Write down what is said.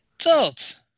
adult